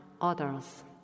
others